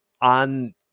on